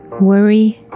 Worry